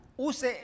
use